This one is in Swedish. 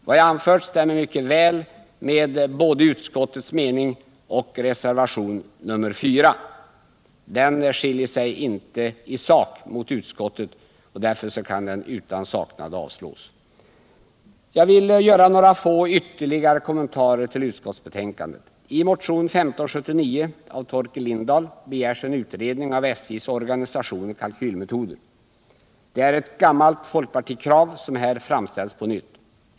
Vad jag anfört stämmer väl med både utskottets skrivning och reservationen 4. Reservationen skiljer sig inte i sak från utskottets skrivning. Därför kan den utan saknad avslås. Jag vill göra några få ytterligare kommentarer till utskottsbetänkandet. I motionen 1579 av Torkel Lindahl begärs en utredning av SJ:s organisation och kalkylmetoder. Det är ett gammalt folkpartikrav som här framställs på nytt.